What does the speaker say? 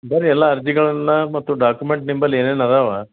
ಬನ್ರಿ ಎಲ್ಲ ಅರ್ಜಿಗಳನ್ನು ಮತ್ತು ಡಾಕ್ಯುಮೆಂಟ್ ನಿಮ್ಮಲ್ ಏನೇನು ಅದಾವೆ